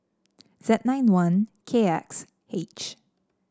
Z nine one K X H